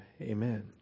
Amen